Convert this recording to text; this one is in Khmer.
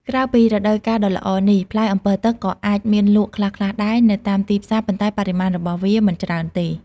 ក្រៅពីរដូវកាលដ៏ល្អនេះ ផ្លែអម្ពិលទឹកក៏អាចមានលក់ខ្លះៗដែរនៅតាមទីផ្សារ ប៉ុន្តែបរិមាណរបស់វាមិនច្រើនទេ។